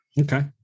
Okay